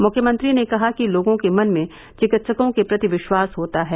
मुख्यमंत्री ने कहा कि लोगों के मन में चिकित्सकों के प्रति विश्वास होता है